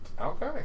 Okay